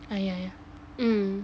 yea yea mm